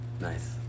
nice